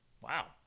Wow